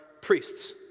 priests